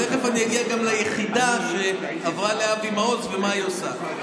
תכף אני אגיע גם ליחידה שעברה לאבי מעוז ומה היא עושה.